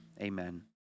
amen